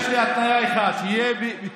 יש לי התניה אחת, שזה יהיה בתיאום.